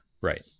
Right